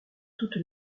toute